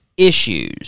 Issues